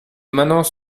manants